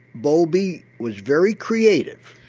bowlby was very creative.